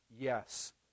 yes